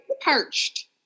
perched